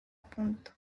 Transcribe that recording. punta